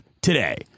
today